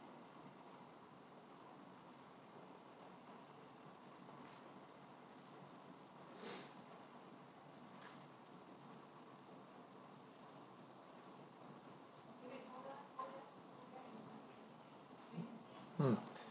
mm